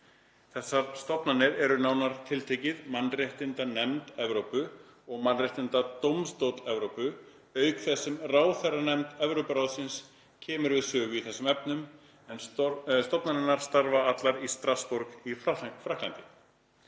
Þessar stofnanir eru nánar tiltekið mannréttindanefnd Evrópu og Mannréttindadómstóll Evrópu, auk þess sem ráðherranefnd Evrópuráðsins kemur við sögu í þessum efnum, en stofnanirnar starfa allar í Strassborg í Frakklandi.